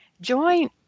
Join